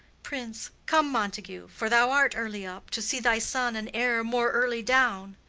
prince. come, montague for thou art early up to see thy son and heir more early down.